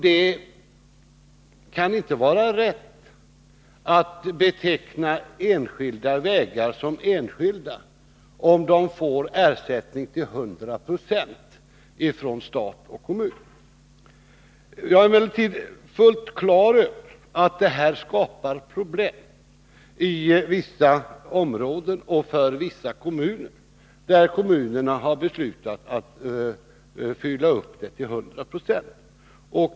Det kan inte vara rätt att beteckna enskilda vägar som enskilda, om de får ersättning till 100 96 från stat och kommun. Jag är emellertid fullt klar över att detta skapar problem i vissa områden och för vissa kommuner som har beslutat fylla upp anslaget till 100 70.